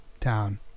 town